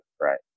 right